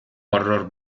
horror